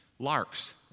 Larks